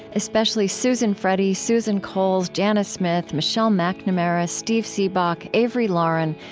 especially susan freddie, susan coles, janna smith, michelle macnamara, steve seabock, avery laurin,